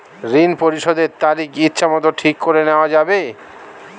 ঋণ পরিশোধের তারিখ ইচ্ছামত ঠিক করে নেওয়া যাবে?